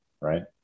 right